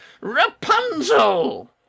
Rapunzel